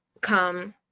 come